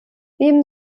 neben